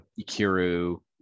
Ikiru